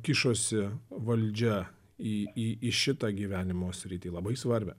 kišosi valdžia į į į šitą gyvenimo sritį labai svarbią